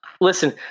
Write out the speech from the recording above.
Listen